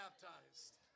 baptized